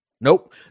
Nope